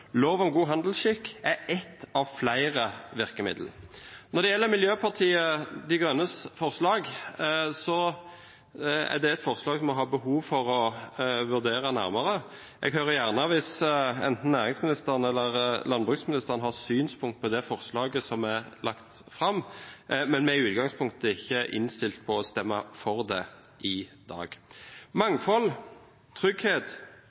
Lov om god handelsskikk er ett av flere virkemidler. Når det gjelder Miljøpartiet De Grønnes forslag, er det et forslag som vi har behov for å vurdere nærmere. Jeg hører gjerne hvis enten næringsministeren eller landbruksministeren har synspunkter på det forslaget som er lagt fram, men vi er i utgangspunktet ikke innstilt på å stemme for det i dag. Mangfold og trygghet